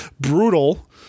brutal